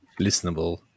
listenable